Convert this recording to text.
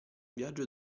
viaggio